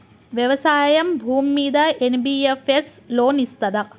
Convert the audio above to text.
వ్యవసాయం భూమ్మీద N B F S loan ఇస్తదా?